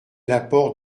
l’apport